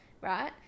Right